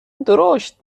درشت